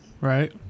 right